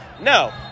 No